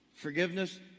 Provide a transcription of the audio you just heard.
Forgiveness